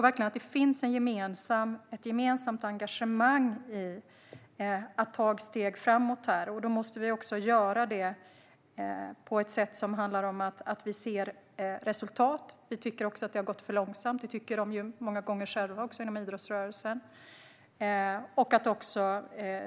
Det finns ett gemensamt engagemang här, och vi måste ta ett steg framåt. Vi måste se resultat. Vi tycker också att det har gått för långsamt - det tycker man många gånger själv inom idrottsrörelsen också.